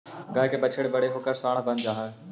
गाय के बछड़े बड़े होकर साँड बन जा हई